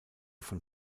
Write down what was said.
von